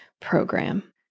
program